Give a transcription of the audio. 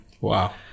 Wow